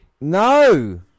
No